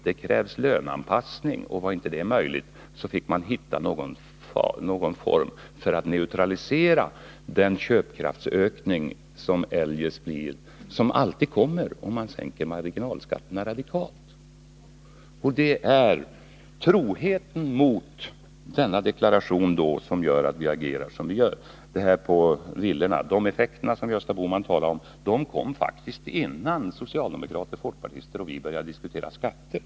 Det krävdes en löneanpassning, och var inte en sådan möjlig, så fick man försöka finna någon form för att neutralisera den köpkraftsökning som alltid blir följden, om man sänker marginalskatterna radikalt. Det är troheten mot denna deklaration som gör att vi agerar som vi gör. Och de effekter på villaägandet som Gösta Bohman talar om kom faktiskt innan socialdemokrater, folkpartister och vi började diskutera skatter.